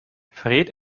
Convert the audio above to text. fred